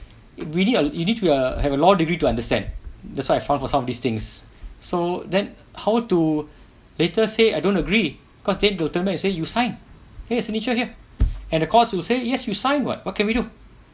it really ah you need to uh have a law degree to understand that's what I found for some of these things so then how to later say I don't agree cause need to tell them they say you sign place your signature here and of course we will say yes we sign what what can we do